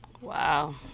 Wow